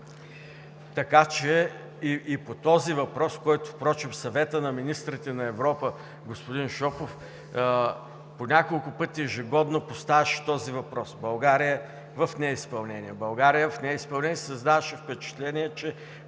Службата по вписвания. Впрочем Съветът на министрите на Европа, господин Шопов, по няколко пъти ежегодно поставяше този въпрос: България е в неизпълнение, България е в неизпълнение. Създаваше се впечатление, че